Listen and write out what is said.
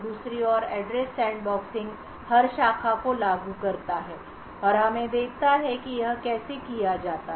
दूसरी ओर address sandboxing हर शाखा को लागू करता है और हमें देखता है कि यह कैसे किया जाता है